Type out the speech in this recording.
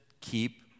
keep